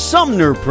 Sumner